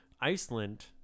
Iceland